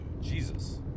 Jesus